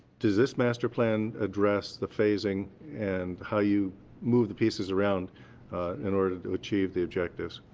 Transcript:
does this master plan address the phasing and how you move the pieces around in order to achieve the objectives?